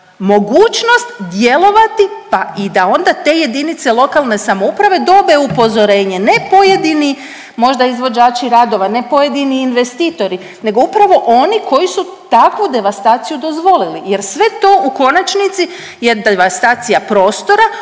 mogućnost djelovati, pa i da onda te jedinice lokalne samouprave dobe upozorenje, ne pojedini možda izvođači radova, ne pojedini investitori nego upravo oni koji su takvu devastaciju dozvolili jer sve to u konačnici je devastacija prostora